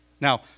Now